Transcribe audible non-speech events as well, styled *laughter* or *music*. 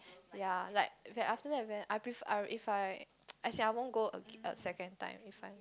ya like very after that very I prefer if I *noise* as in I won't go second time if I